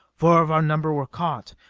four of our number were caught,